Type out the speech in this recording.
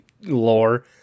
lore